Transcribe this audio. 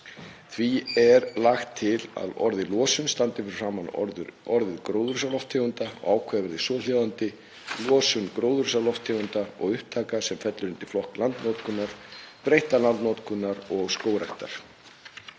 Því er lagt til að orðið „losun“ standi fyrir framan orðið „gróðurhúsalofttegunda“ og ákvæðið verði svohljóðandi: „Losun gróðurhúsalofttegunda og upptaka sem fellur undir flokk landnotkunar, breyttrar landnotkunar og skógræktar…“.